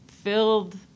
filled